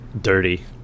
dirty